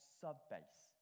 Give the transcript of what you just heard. sub-base